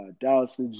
Dallas